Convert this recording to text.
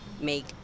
make